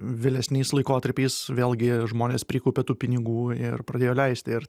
vėlesniais laikotarpiais vėlgi žmonės prikaupė tų pinigų ir pradėjo leisti ir